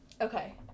okay